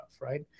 right